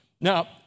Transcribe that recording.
Now